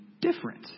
different